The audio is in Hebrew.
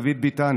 דוד ביטן,